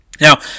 now